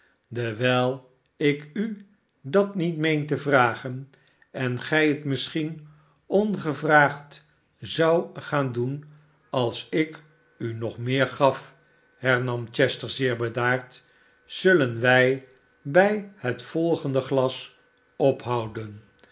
sdewijl ik u dat niet meen te vragen en gij het misschien ongevraagd zoudt gaan doen als ik u nog meer gaf hernam chester zeer bedaard azullen wij bij het volgende glas ophouden